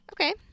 Okay